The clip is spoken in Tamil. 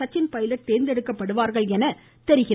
சச்சின் பைலட் தேர்ந்தெடுக்கப்படுவார்கள் என தெரிகிறது